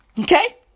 Okay